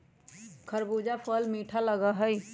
खरबूजा फल मीठा लगा हई